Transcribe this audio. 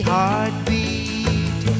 Heartbeat